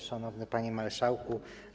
Szanowny Panie Marszałku!